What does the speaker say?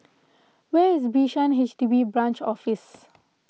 where is Bishan H D B Branch Office